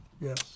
Yes